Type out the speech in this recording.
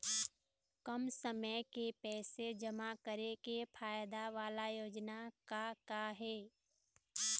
कम समय के पैसे जमा करे के फायदा वाला योजना का का हे?